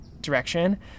direction